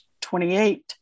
28